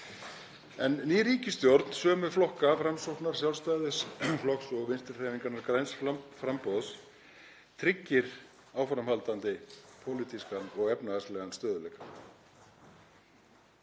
En ný ríkisstjórn sömu flokka, Framsóknar, Sjálfstæðisflokks og Vinstrihreyfingarinnar – græns framboðs, tryggir áframhaldandi pólitískan og efnahagslegan stöðugleika.